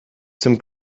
zum